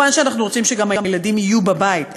מובן שאנחנו רוצים שהילדים יהיו גם בבית.